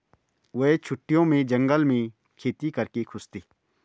वे छुट्टियों में जंगल में खेती करके खुश थे